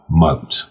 moat